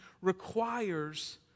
requires